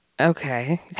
Okay